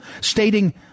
stating